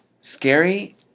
scary